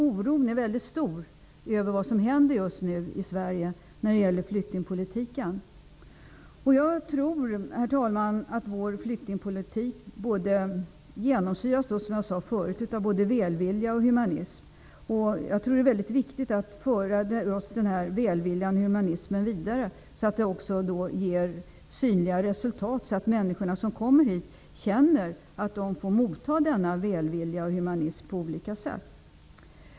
Oron över vad som händer just nu i Sverige när det gäller flyktingpolitiken är alltså stor. Jag tror att vår flyktingpolitik genomsyras av både välvilja och humanism, som jag sade förut. Det är viktigt att föra just denna välvilja och humanism vidare, så att det också ger synliga resultat, så att människor som kommer hit känner att de får motta välvilja och humanism på olika sätt.